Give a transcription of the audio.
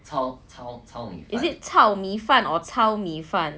is it 糙米饭 or 糙米饭